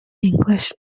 english